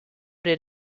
did